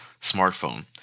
smartphone